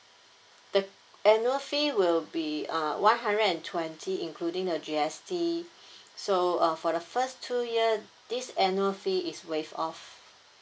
the annual fee will be uh one hundred and twenty including the G_S_T so uh for the first two year this annual fee is waive off